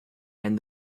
and